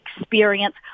experience